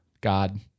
God